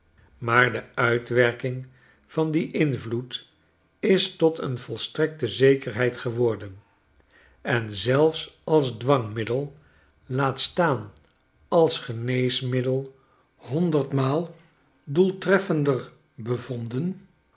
maar de uitwerking van dien invloed is tot een volstrekte zekerheid geworden en zelfs als dwangmiddel laat staan als geneesmiddel honderdmaal doeltreffender bevonden